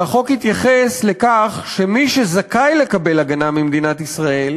שהחוק יתייחס לכך שמי שזכאי לקבל הגנה ממדינת ישראל,